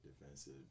defensive